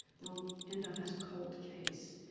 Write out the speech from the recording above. they'll end up as a cold case.